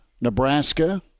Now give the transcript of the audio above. nebraska